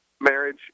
marriage